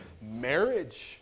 marriage